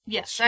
Yes